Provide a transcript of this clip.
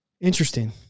Interesting